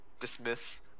dismiss